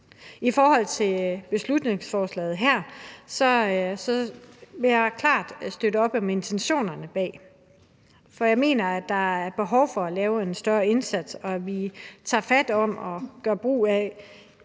I forhold til beslutningsforslaget her vil jeg klart støtte op om intentionerne bag det. For jeg mener, at der er behov for at lave en større indsats og for, at vi tager fat om og gør brug af